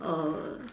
err